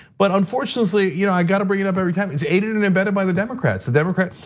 but unfortunately you know i've gotta bring it up every time, it's aided and abetted by the democrats. the democrats,